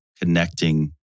connecting